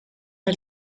pas